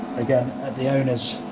again at the owner's